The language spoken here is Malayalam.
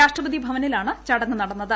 രാഷ്ട്രപതി ഭവനിലാണ് ചടങ്ങ് നടന്നത്